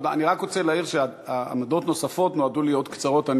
אני רק רוצה להעיר שעמדות נוספות נועדו להיות קצרות.